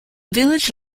village